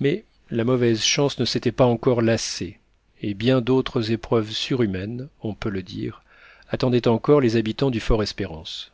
mais la mauvaise chance ne s'était pas encore lassée et bien d'autres épreuves surhumaines on peut le dire attendaient encore les habitants du fort espérance